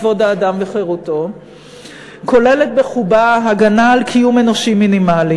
כבוד האדם וחירותו כוללת בחובה הגנה על קיום אנושי מינימלי.